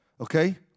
Okay